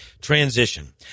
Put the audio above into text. transition